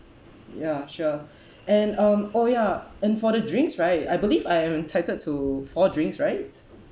ya sure and um oh ya and for the drinks right I believe I am entitled to four drinks right